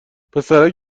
پسرک